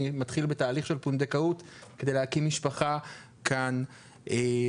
אני מתחיל בתהליך של פונדקאות כדי להקים משפחה כאן בישראל.